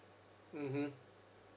mmhmm